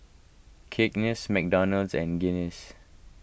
Cakenis McDonald's and Guinness